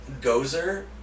Gozer